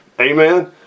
Amen